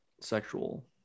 sexual